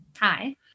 Hi